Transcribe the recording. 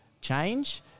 change